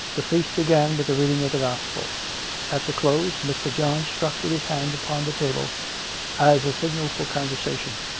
the feast began with the reading of the gospel at the close, mr. john struck with his hand upon the table as a signal for conversation